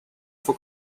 for